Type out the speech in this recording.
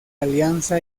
alianza